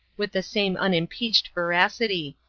with the same unimpeached veracity.